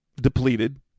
depleted